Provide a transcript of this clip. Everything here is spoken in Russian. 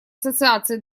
ассоциации